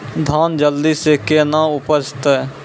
धान जल्दी से के ना उपज तो?